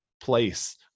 place